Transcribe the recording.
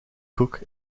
cook